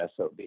SOB